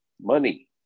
money